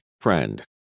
friend